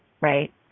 right